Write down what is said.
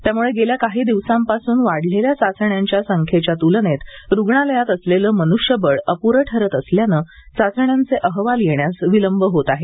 त्यामुळे गेल्या काही दिवसांपासून वाढलेल्या चाचण्यांच्या संख्येच्या त्लनेत रुग्णालयात असलेले मनृष्यबळ अप्रे ठरत असल्याने चाचण्यांचे अहवाल येण्यास विलंब होत आहे